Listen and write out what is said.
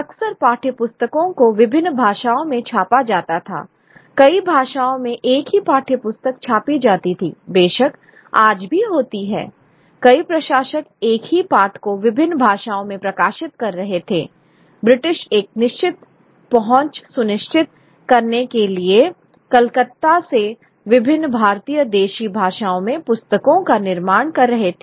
अक्सर पाठ्यपुस्तकों को विभिन्न भाषाओं में छापा जाता था कई भाषाओं में एक ही पाठ्यपुस्तक छापी जाती थी बेशक आज भी होती है कई प्रकाशक एक ही पाठ को विभिन्न भाषाओं में प्रकाशित कर रहे थे ब्रिटिश एक निश्चित पहुंच सुनिश्चित करने के लिए कलकत्ता से विभिन्न भारतीय देशी भाषाओं में पुस्तकों का निर्माण कर रहे थे